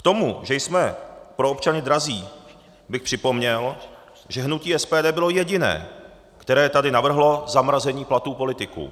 K tomu, že jsme pro občany drazí, bych připomněl, že hnutí SPD bylo jediné, které tady navrhlo zamrazení platů politiků.